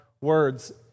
words